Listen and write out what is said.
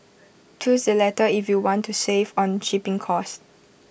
choose the latter if you want to save on shipping cost